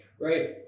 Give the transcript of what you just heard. right